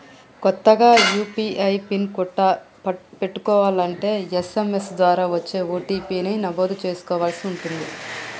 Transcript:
కొత్తగా UPI PIN పెట్టుకోలంటే SMS ద్వారా వచ్చే ఓ.టీ.పీ ని నమోదు చేసుకోవలసి ఉంటుంది